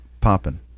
popping